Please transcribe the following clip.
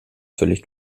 völlig